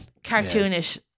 Cartoonish